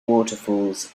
waterfalls